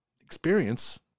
experience